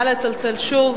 נא לצלצל שוב.